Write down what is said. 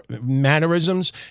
mannerisms